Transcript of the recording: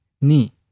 ni